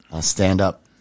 stand-up